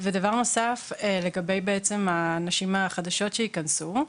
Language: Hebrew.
ודבר נוסף, לגבי הנשים החדשות שייכנסו,